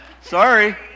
Sorry